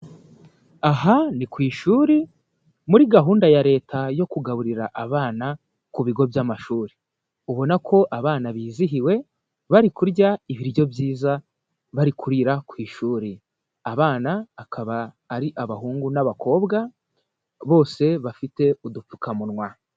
Aha ni ku ishuri, muri gahunda ya Leta yo kugaburira abana ku bigo by'amashuri, ubona ko abana bizihiwe, bari kurya ibiryo byiza, bari kurira ku ishuri, abana akaba ari abahungu n'abakobwa bose bafite udupfukamunwa.